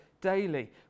daily